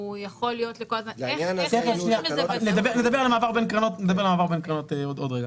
הוא יכול להיות לכל הזמן איך --- נדבר על המעבר בין קרנות עוד רגע.